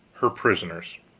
her prisoners.